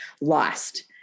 lost